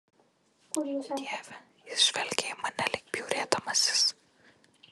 dieve jis žvelgė į mane lyg bjaurėdamasis